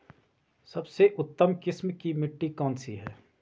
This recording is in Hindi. सबसे उत्तम किस्म की मिट्टी कौन सी है?